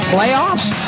Playoffs